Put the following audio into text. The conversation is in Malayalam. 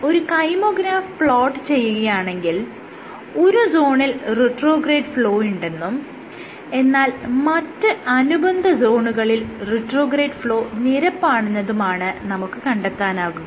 ഒരു കൈമോഗ്രാഫ് പ്ലോട്ട് ചെയ്യുകയാണെങ്കിൽ ഒരു സോണിൽ റിട്രോഗ്രേഡ് ഫ്ലോ ഉണ്ടെന്നും എന്നാൽ മറ്റ് അനുബന്ധ സോണുകളിൽ റിട്രോഗ്രേഡ് ഫ്ലോ നിരപ്പാണെന്നതുമാണ് നമുക്ക് കണ്ടെത്താനാകുക